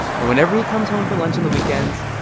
and whenever he comes home for lunch on the weekends,